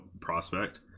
prospect